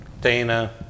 Dana